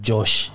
Josh